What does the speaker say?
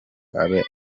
abe